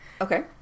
Okay